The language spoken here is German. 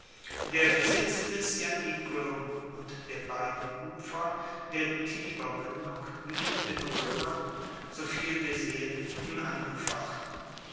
der besitz des ianiculum und der beiden ufer der tibermuendung blieb den roemern soviel wir sehen unangefochten